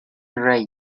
race